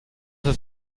ist